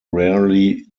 rarely